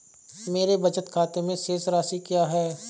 मेरे बचत खाते में शेष राशि क्या है?